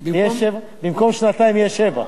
במקום שנתיים יהיה שבע.